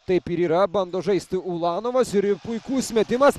taip ir yra bando žaisti ulanovas ir puikus metimas